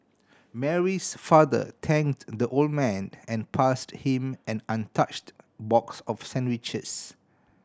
Mary's father thanked the old man and passed him an untouched box of sandwiches